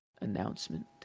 announcement